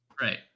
right